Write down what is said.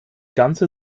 ganze